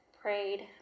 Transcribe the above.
Prayed